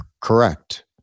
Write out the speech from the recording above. Correct